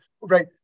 right